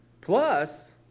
Plus